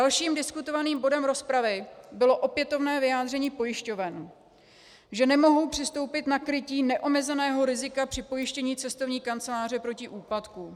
Dalším diskutovaným bodem rozpravy bylo opětovné vyjádření pojišťoven, že nemohou přistoupit na krytí neomezeného rizika při pojištění cestovní kanceláře proti úpadku.